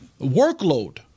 workload